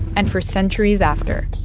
and for centuries after,